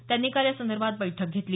त्यांनी काल यासंदर्भात बैठक घेतली